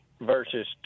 versus